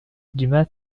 dumas